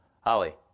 Holly